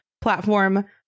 platform